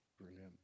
Brilliant